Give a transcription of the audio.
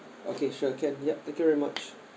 okay sure can yup thank you very much